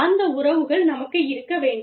அந்த உறவுகள் நமக்கு இருக்க வேண்டும்